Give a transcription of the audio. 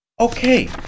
Okay